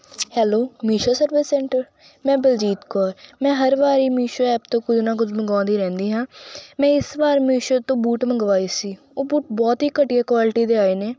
hello Meesho service center ਮੈਂ ਬਲਜੀਤ ਕੌਰ ਮੈਂ ਹਰ ਵਾਰ ਮਿਸ਼ੋ ਐਪ ਤੋਂ ਕੁਝ ਨਾ ਕੁਝ ਮੰਗਵਾਉਂਦੀ ਰਹਿੰਦੀ ਹਾਂ ਮੈਂ ਇਸ ਵਾਰ ਮਿਸ਼ੋ ਤੋਂ ਬੂਟ ਮੰਗਵਾਏ ਸੀ ਉਹ ਬੂਟ ਬਹੁਤ ਹੀ ਘਟੀਆ ਕੁਆਲਿਟੀ ਦੇ ਆਏ ਨੇ